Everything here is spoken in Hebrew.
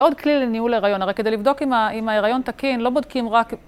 עוד כלי לניהול היריון, הרי כדי לבדוק אם ההיריון תקין, לא בודקים רק את ה...